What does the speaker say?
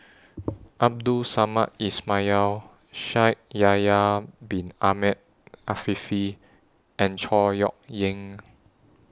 Abdul Samad Ismail Shaikh Yahya Bin Ahmed Afifi and Chor Yeok Eng